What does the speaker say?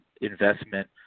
investment